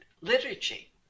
liturgy